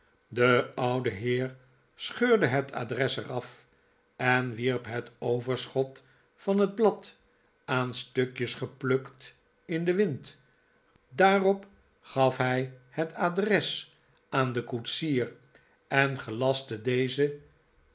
de oude heer scheurde het adres er af en wierp het overschot van het blad aan stukjes geplukt in den wind daarop gaf hij het adres aan den koetsier en gejastte dezen